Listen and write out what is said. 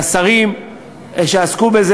ולשרים שעסקו בזה,